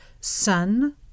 sun